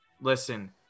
Listen